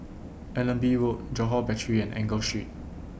Allenby Road Johore Battery and Enggor Street